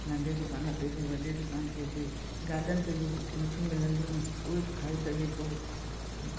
नंढे दुकान ते बि वॾे दुकान ते बि गाॾनि ते बि कुल्फी मिलंदियूं आहिनि उहे बि खाई सघे थो